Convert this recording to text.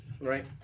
Right